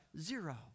zero